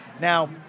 Now